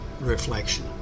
reflection